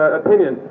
opinion